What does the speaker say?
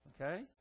Okay